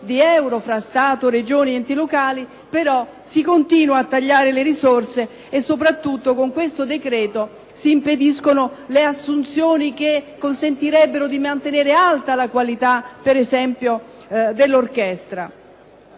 di euro tra Stato, Regione Toscana ed enti locali, però si continua a tagliare le risorse e soprattutto, con questo decreto, si impediscono le assunzioni che consentirebbero di mantenere alta la qualità, ad esempio, dell'orchestra.